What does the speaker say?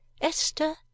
Esther